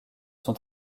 sont